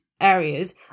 areas